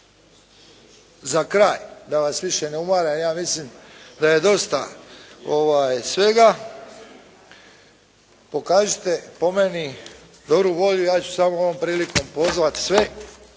za kraj, da vas više ne umaram, ja mislim da je dosta svega pokažite po meni dobru volju. Ja ću samo ovom prilikom pozvati sve